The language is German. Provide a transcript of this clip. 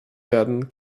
werden